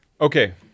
Okay